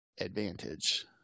advantage